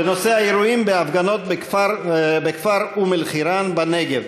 בנושא: האירועים בהפגנות בכפר אום-אלחיראן בנגב.